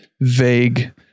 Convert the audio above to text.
vague